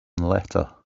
letter